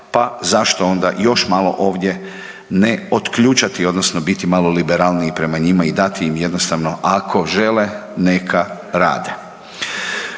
pa zašto onda još malo ovdje ne otključati odnosno biti malo liberalniji prema njima i dati im jednostavno ako žele neka rade.